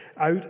out